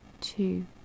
two